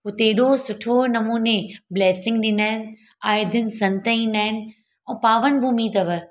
उते हेॾो सुठो नमूने ब्लेसिंग ॾींदा आहिनि आए दिन संत ईंदा आहिनि ऐं पावन भूमी अथव